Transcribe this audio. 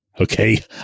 okay